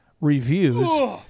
reviews